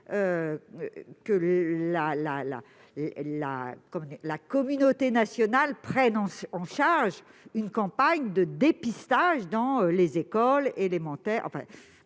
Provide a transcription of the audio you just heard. que la communauté nationale prenne en charge une campagne de dépistage dans les écoles élémentaires